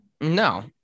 no